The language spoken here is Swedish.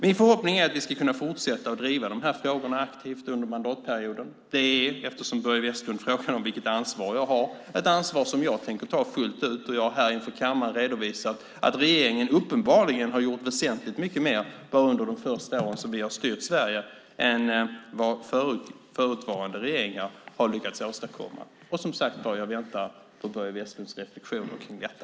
Min förhoppning är att vi ska kunna fortsätta att driva dessa frågor aktivt under mandatperioden. Det är, eftersom Börje Vestlund frågor vilket ansvar jag har, ett ansvar som jag tänker ta fullt ut, och jag har här inför kammaren redovisat att regeringen uppenbarligen har gjort väsentligt mycket mer bara under de första åren som vi har styrt Sverige än vad förutvarande regeringar har lyckats åstadkomma. Jag väntar, som sagt var, på Börje Vestlunds reflexioner kring detta.